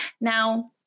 Now